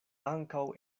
ankaŭ